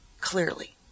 clearly